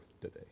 today